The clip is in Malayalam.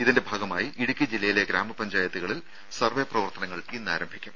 ഇതിന്റെ ഭാഗമായി ഇടുക്കി ജില്ലയിലെ ഗ്രാമപഞ്ചായത്തുകളിൽ സർവേ പ്രവർത്തനങ്ങൾ ഇന്നാരംഭിക്കും